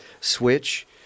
switch